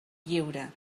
lliure